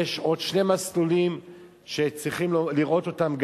יש עוד שני מסלולים שצריך לראות אותם,